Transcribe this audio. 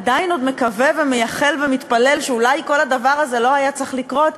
עדיין עוד מקווה ומייחל ומתפלל שאולי כל הדבר הזה לא היה צריך לקרות,